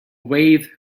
wave